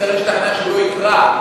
צריך להשתכנע שהוא לא יקרא.